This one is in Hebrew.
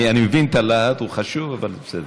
אני מבין את הלהט, הוא חשוב, אבל בסדר.